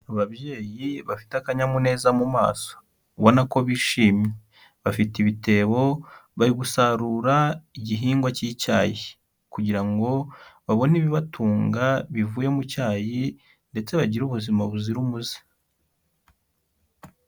Ababyeyi bafite akanyamuneza mu maso. Ubona ko bishimye, bafite ibitebo, bari gusarura igihingwa cy'icyayi kugira ngo babone ibibatunga bivuye mu cyayi ndetse bagire ubuzima buzira umuze.